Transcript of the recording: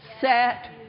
set